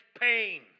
pain